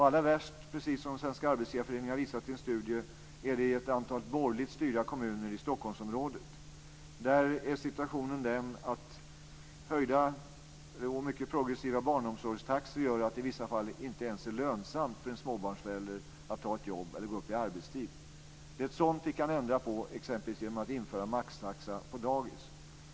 Allra värst är det, som Svenska Arbetsgivareföreningen har visat i en studie, i ett antal borgerligt styrda kommuner i Stockholmsområdet. Där är situationen den att höjda och mycket progressiva barnomsorgstaxor gör att det i vissa fall inte ens är lönsamt för en småbarnsförälder att ta ett jobb eller gå upp i arbetstid. Det är sådant som vi kan ändra på exempelvis genom att införa maxtaxa på dagis.